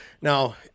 now